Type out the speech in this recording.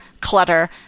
clutter